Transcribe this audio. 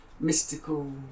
mystical